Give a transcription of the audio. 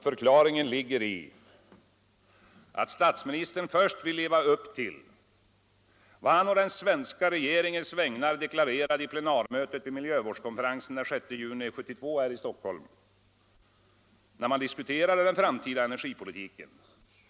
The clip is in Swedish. Förklaringen kanske ligger i att statsministern först vill leva upp till vad han på den svenska regeringens vägnar deklarerade vid miljövårdskonferensens plenarmöte den 6 juni 1972 här i Stockholm, när man diskuterade den framtida energipolitiken.